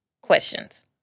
questions